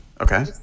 Okay